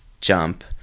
jump